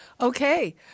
Okay